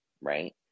right